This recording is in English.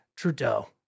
Trudeau